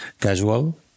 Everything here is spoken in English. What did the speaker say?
casual